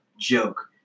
Joke